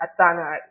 Asana